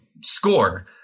score